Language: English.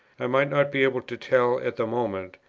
i might not be able to tell at the moment,